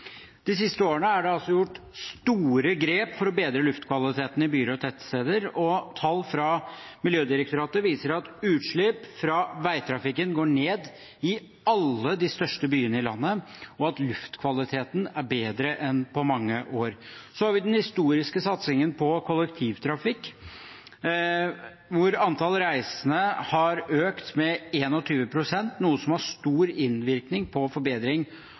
siste årene er det tatt store grep for å bedre luftkvaliteten i byer og tettsteder. Tall fra Miljødirektoratet viser at utslipp fra veitrafikken går ned i alle de største byene i landet, og at luftkvaliteten er bedre enn på mange år. Vi har den historiske satsingen på kollektivtrafikk, der antall reisende har økt med 21 pst., noe som har stor innvirkning på